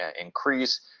increase